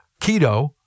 keto